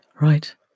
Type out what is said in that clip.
Right